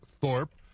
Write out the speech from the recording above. Thorpe